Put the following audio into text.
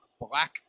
Black